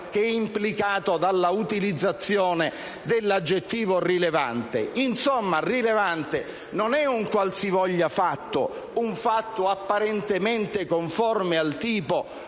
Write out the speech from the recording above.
implicata dall'utilizzazione dell'aggettivo «rilevante». Insomma, «rilevante» non è un qualsivoglia fatto, un fatto apparentemente conforme al tipo,